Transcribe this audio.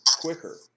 quicker